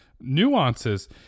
nuances